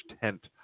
tent